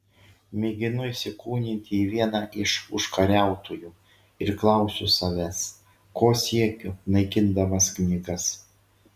mėginu įsikūnyti į vieną iš užkariautojų ir klausiu savęs ko siekiu naikindamas knygas